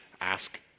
ask